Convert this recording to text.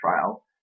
trial